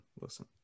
listen